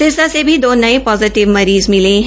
सिरसा से भी दो नये पोजिटिव मरीज़ मिले है